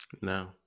No